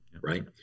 right